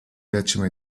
decima